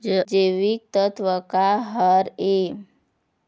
जैविकतत्व का हर ए?